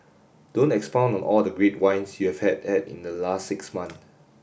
don't expound on all the great wines you've have had in the last six month